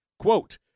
Quote